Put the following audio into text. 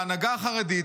ההנהגה החרדית,